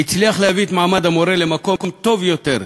והצליח להביא את מעמד המורה למקום טוב יותר,